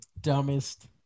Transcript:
dumbest